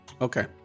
Okay